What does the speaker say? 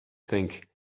think